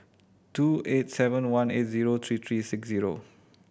two eight seven one eight zero three three six zero